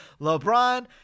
LeBron